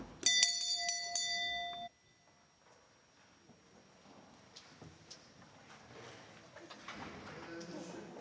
Tak